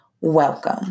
welcome